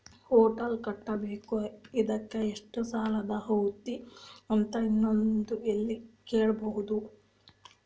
Hotel ಕಟ್ಟಬೇಕು ಇದಕ್ಕ ಎಷ್ಟ ಸಾಲಾದ ಅರ್ಹತಿ ಅದ ಅನ್ನೋದು ಎಲ್ಲಿ ಕೇಳಬಹುದು?